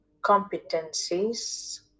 competencies